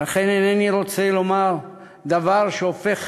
ולכן אינני רוצה לומר דבר שהופך